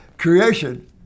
Creation